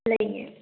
ꯂꯩꯌꯦ